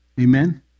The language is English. Amen